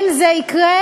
אם זה יקרה,